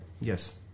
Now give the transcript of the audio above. Yes